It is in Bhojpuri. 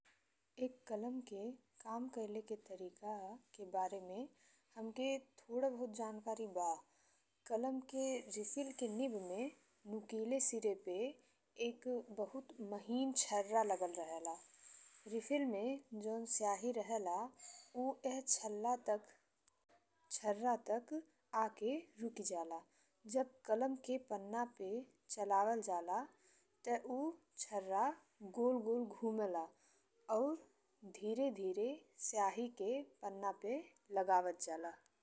एक कलम के काम कइले के तरीका के बारे में हमके थोड़े बहुत जानकारी बा। कलम के रिफिल के निब में नुकीले सिरे पे एक बहुत महीन छर्रा लगल रहेला। रिफिल में जौन स्याही रहेला उ ईह छल्ला तक-छर्रा तक आके रुकी जाला। जब कलम के पन्ना पे चलावल जाला ते उ छर्रा गोल गोल घुमेला और धीरे-धीरे स्याही के पन्ना पे लगावत जाला।